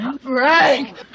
Frank